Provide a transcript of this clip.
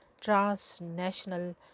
transnational